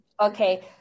Okay